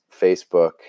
Facebook